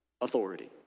authority